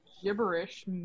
Gibberish